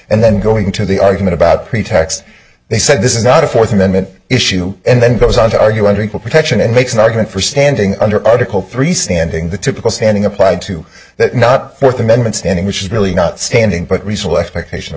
and then going to the argument about pretext they said this is not a fourth amendment issue and then goes on to argue wondering for protection and makes an argument for standing under article three standing the typical standing applied to that not fourth amendment standing which is really not standing but reasonable expectation of